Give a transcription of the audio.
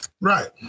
Right